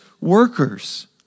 workers